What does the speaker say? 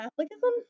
Catholicism